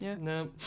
No